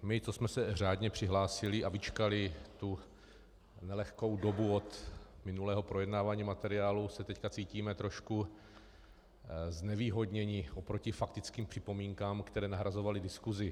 My, co jsme se řádně přihlásili a vyčkali tu nelehkou dobu od minulého projednávání materiálu, se teď cítíme trošku znevýhodněni oproti faktickým připomínkám, které nahrazovaly diskusi.